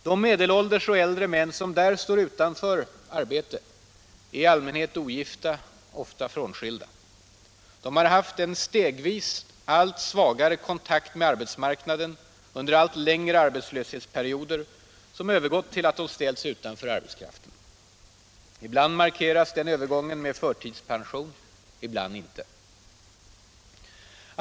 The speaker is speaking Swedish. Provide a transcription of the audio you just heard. De medelålders och äldre män som där står utanför arbetslivet är i allmänhet ogifta, ofta frånskilda. De har haft en stegvis allt svagare kontakt med arbetsmarknaden, allt längre arbetslöshetsperioder som övergått till att de ställts utanför arbetskraften. Ibland markeras den övergången med förtidspension, ibland inte.